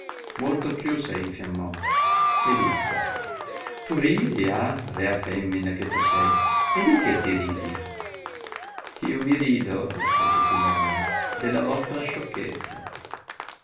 molto più se infiammò e disse tu ridi ah rea femina che tu se e di che ti ridi io mi rido rispose filenia della vostra sciocchezza